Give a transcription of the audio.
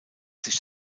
sich